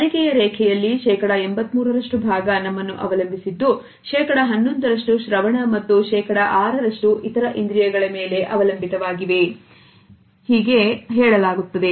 ಕಲಿಕೆಯ ರೇಖೆಯಲ್ಲಿ ಶೇಕಡ 83ರಷ್ಟು ಭಾಗ ನಮ್ಮನ್ನು ಅವಲಂಬಿಸಿದ್ದು ಶೇಕಡ 11ರಷ್ಟು ಶ್ರವಣ ಮತ್ತು ಶೇಕಡಾ ಆರರಷ್ಟು ಇತರ ಇಂದ್ರಿಯಗಳ ಮೇಲೆ ಅವಲಂಬಿತವಾಗಿವೆ ಎಂದು ಹೇಳಲಾಗುತ್ತದೆ